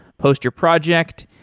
post your project,